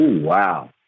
Wow